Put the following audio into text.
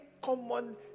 common